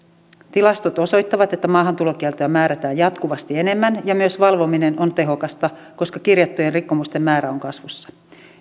tilastot osoittavat että maahantulokieltoja määrätään jatkuvasti enemmän ja myös valvominen on tehokasta koska kirjattujen rikkomusten määrä on kasvussa